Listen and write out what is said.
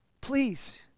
please